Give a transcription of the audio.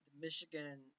Michigan